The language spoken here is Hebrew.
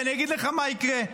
אז אני אגיד לך מה יקרה,